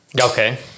Okay